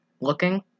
Looking